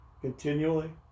continually